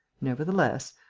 nevertheless,